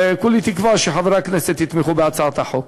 כולי תקווה שחברי הכנסת יתמכו בהצעת החוק.